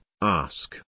ask